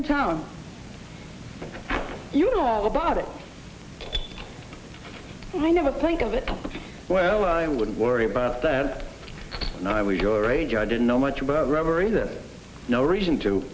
in town you know all about it i never think of it well i wouldn't worry about that when i was your age i didn't know much about reverie that no reason to